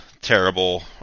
terrible